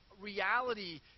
reality